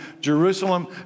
Jerusalem